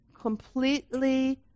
Completely